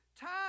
time